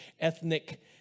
ethnic